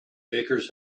bakers